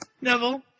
Neville